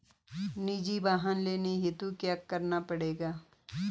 निजी वाहन लोन हेतु क्या करना पड़ेगा?